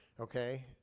okay